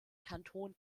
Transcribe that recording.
kanton